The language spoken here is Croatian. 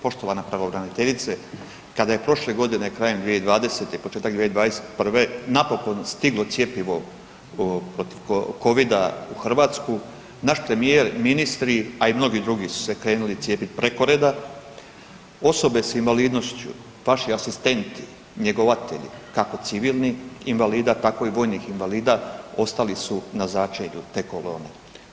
Poštovana pravobraniteljice kada je prošle godine, krajem 2020., početak 2021. napokon stiglo cjepivo protiv Covida u Hrvatsku naš premijer, ministri, a i mnogi drugi su se krenuli cijepit preko reda, osobe s invalidnošću, vaši asistenti, njegovatelji kako civilnih invalida tako i vojnih invalida ostali su na začelju te kolone.